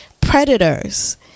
predators